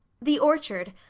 the orchard,